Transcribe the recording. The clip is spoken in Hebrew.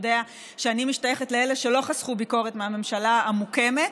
יודע שאני משתייכת לאלה שלא חסכו ביקורת מהממשלה המוקמת,